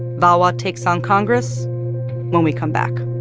vawa takes on congress when we come back